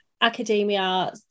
academia